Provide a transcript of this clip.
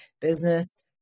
business